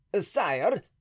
Sire